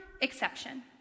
exception